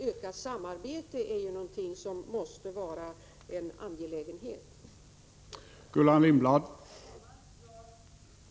Ökat samarbete är alltså någonting som måste vara en angelägenhet för oss.